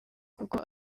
kuko